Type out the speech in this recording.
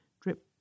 Drip